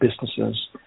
businesses